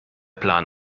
plan